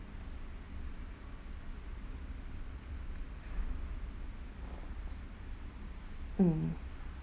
mm